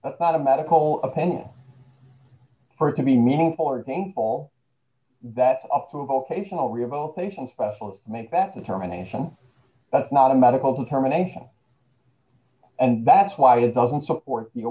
about a medical opinion for it to be meaningful or think all that up from a vocational rehabilitation special make that determination that's not a medical determination and that's why it doesn't support you